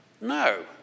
No